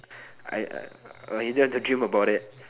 I I don't dreamed about it